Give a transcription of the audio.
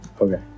okay